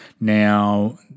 Now